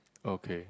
okay